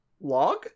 log